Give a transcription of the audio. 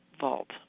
vault